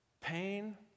pain